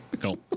Cool